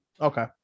Okay